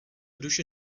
duše